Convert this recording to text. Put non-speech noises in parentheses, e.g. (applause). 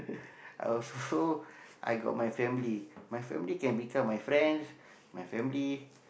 (laughs) I was also I got my family my family can become my friends my family